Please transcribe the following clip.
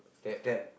tab